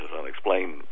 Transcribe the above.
unexplained